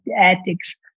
ethics